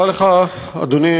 תודה לך,